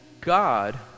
God